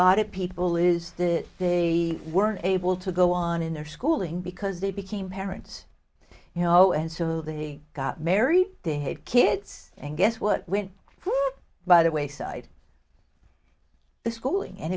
of people is that they weren't able to go on in their schooling because they became parents you know and so they got married they had kids and guess what went through by the wayside the schooling and